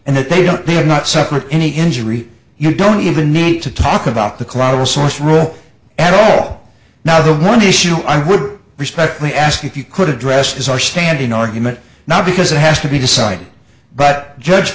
and that they don't they have not suffered any injury you don't even need to talk about the collateral source rule at all now the one issue i would respectfully ask if you could address his our standing argument not because it has to be decided but ju